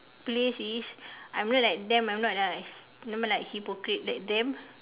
place is I'm not like them I'm not a not like hypocrite like them